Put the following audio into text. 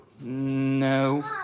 No